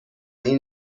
این